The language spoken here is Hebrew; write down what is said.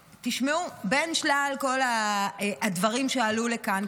בין שלל כל הדברים שעלו כאן,